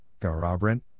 Garabrant